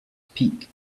peak